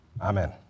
Amen